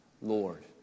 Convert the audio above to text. Lord